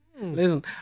Listen